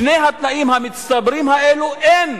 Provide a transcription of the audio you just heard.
שני התנאים המצטברים האלה, אין